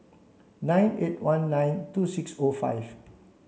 nine eight one nine two six O five